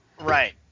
Right